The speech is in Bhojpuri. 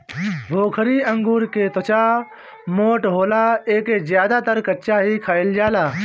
भोकरी अंगूर के त्वचा मोट होला एके ज्यादातर कच्चा ही खाईल जाला